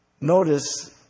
notice